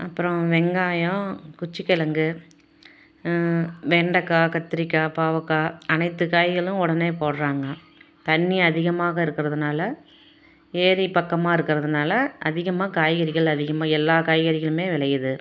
அப்புறம் வெங்காயம் குச்சிக் கிலங்கு வெண்டக்காய் கத்தரிக்கா பாவக்காய் அனைத்து காய்களும் உடனே போடுறாங்க தண்ணி அதிகமாக இருக்கிறதுனால ஏரி பக்கமாக இருக்கிறதுனால அதிகமாக காய்கறிகள் அதிகமாக எல்லா காய்கறிகளுமே விளையிது